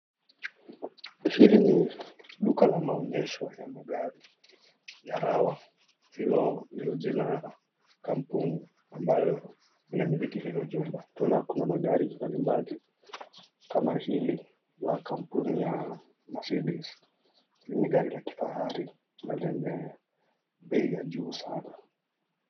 Hili ni duka la maonyesho ya magari ya Rao, hilo ndio jina ya kampuni ambayo inamiliki hiyo jumba. Tunaona kuna magari mbalimbali kama hili ya kampuni ya Mercedes ni gari la kifahari na lenye bei juu sana.